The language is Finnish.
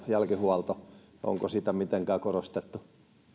jälkihuolto onko sitä mitenkään korostettu